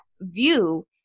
view